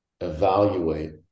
evaluate